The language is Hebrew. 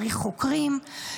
צריך חוקרים,